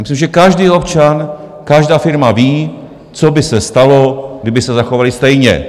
Já myslím, že každý občan, každá firma ví, co by se stalo, kdyby se zachovali stejně.